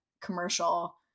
commercial